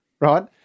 right